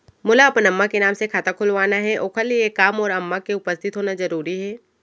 मोला अपन अम्मा के नाम से खाता खोलवाना हे ओखर लिए का मोर अम्मा के उपस्थित होना जरूरी हे?